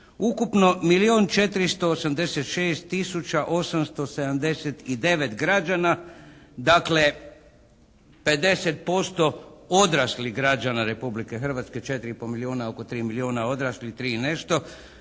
tisuća 879 građana, dakle, 50% odraslih građana Republike Hrvatske, 4 i pol milijuna, oko 3 milijuna odraslih, 3 i nešto,